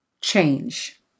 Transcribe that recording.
change